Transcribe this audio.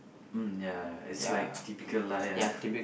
mm ya it's like typical lie lah